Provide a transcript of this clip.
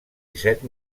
disset